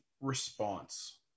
response